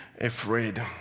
afraid